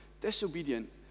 disobedient